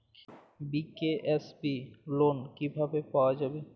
BKSB loan কিভাবে পাওয়া যাবে?